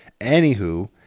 Anywho